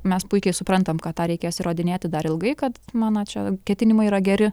mes puikiai suprantam kad tą reikės įrodinėti dar ilgai kad mano čia ketinimai yra geri